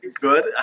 good